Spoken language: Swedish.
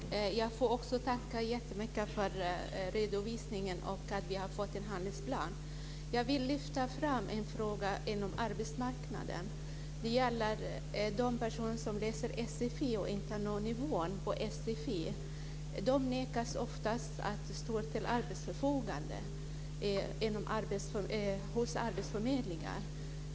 Herr talman! Jag får också tacka så mycket för redovisningen och för att vi har fått en handlingsplan. Jag vill lyfta fram en fråga inom arbetsmarknaden. Det gäller de personer som läser sfi och inte når nivån inom sfi. De nekas ofta att stå till arbetsmarknadens förfogande hos arbetsförmedlingarna.